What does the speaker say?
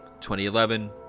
2011